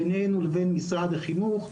ביננו לבין משרד החינוך.